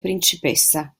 principessa